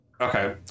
Okay